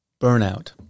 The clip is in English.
Burnout